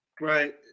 Right